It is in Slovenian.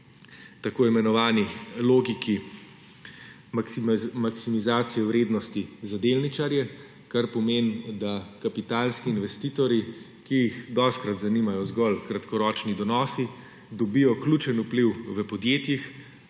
tako imenovani logiki maksimizacije vrednosti za delničarje, kar pomeni, da kapitalski investitorji, ki jih dostikrat zanimajo zgolj kratkoročni donosi, dobijo ključen vpliv v podjetjih,